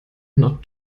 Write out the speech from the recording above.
not